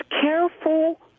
careful